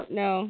no